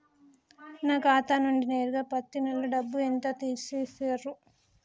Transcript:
నా ఖాతా నుండి నేరుగా పత్తి నెల డబ్బు ఎంత తీసేశిర్రు?